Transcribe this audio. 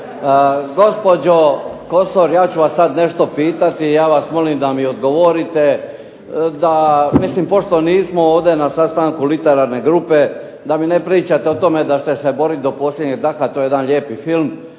Gospođo Kosor, ja ću vas sad nešto pitati, ja vas molim da mi odgovorite. Da mislim, pošto nismo ovdje na sastanku literarne grupe, da mi ne pričate o tome da ćete se boriti do posljednjeg daha, to je jedan lijepi film.